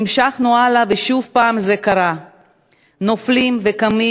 / המשכנו הלאה ושוב פעם זה קרה / נופלים וקמים